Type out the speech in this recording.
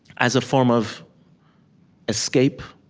as a form of escape.